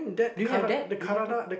do you have that do you have that